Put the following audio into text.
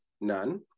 none